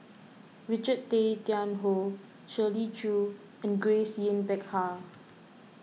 Richard Tay Tian Hoe Shirley Chew and Grace Yin Peck Ha